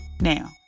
Now